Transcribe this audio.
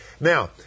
Now